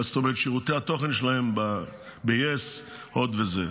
שירותי התוכן שלהם ב-yes, הוט וכו'.